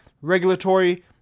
regulatory